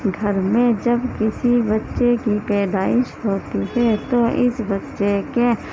گھر میں جب کسی بچے کی پیدائش ہوتی ہے تو اس بچے کے